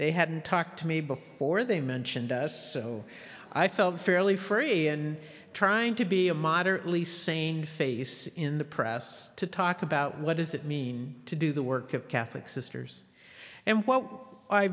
they hadn't talked to me before they mentioned us so i felt fairly free in trying to be a moderately sane face in the press to talk about what does it mean to do the work of catholic sisters and w